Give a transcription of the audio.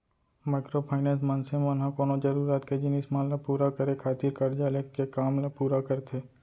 micro finance, मनसे मन ह कोनो जरुरत के जिनिस मन ल पुरा करे खातिर करजा लेके काम ल पुरा करथे